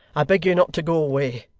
i beg you not to go away.